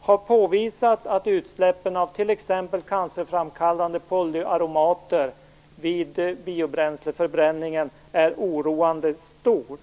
har påvisat att utsläppen av t.ex. cancerframkallande polyaromater vid biobränsleförbränningen är oroande stor.